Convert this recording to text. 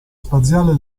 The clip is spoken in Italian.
spaziale